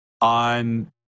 on